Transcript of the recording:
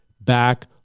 back